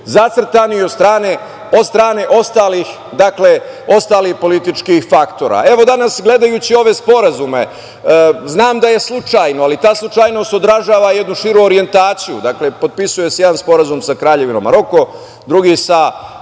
zacrtani od strane ostalih političkih faktora. Danas, gledajući ove sporazume, znam da je slučajno, ali ta slučajnost odražava jednu širu orijentaciju. Potpisuje se jedan sporazum sa Kraljevinom Maroko, drugi sa Saveznom